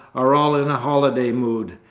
are all in a holiday mood.